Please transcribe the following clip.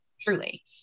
truly